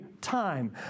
time